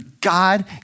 God